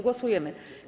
Głosujemy.